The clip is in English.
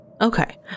Okay